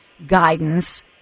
Guidance